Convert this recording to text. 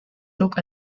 took